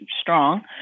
strong